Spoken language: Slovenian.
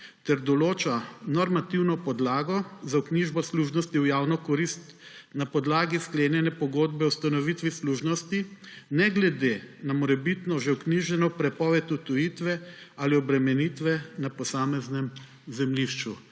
ter določa normativno podlago za vknjižbo služnosti v javno korist na podlagi sklenjene pogodbe o ustanovitvi služnosti, ne glede na morebitno že vknjiženo prepoved odtujitve ali obremenitve na posameznem zemljišču.